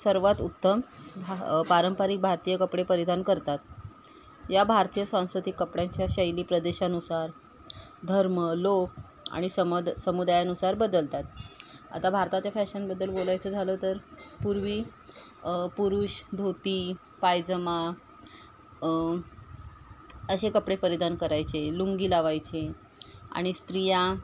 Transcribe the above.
सर्वात उत्तम पारंपरिक भारतीय कपडे परिधान करतात या भारतीय सांस्कृतिक कपड्यांच्या शैली प्रदेशानुसार धर्म लोक आणि समद समुदायानुसार बदलतात आता भारताच्या फॅशनबद्दल बोलायचं झालं तर पूर्वी पुरुष धोती पायजमा असे कपडे परिधान करायचे लुंगी लावायचे आणि स्त्रिया